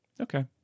Okay